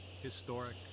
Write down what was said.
historic